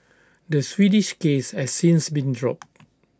the Swedish case has since been dropped